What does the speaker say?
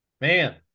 Man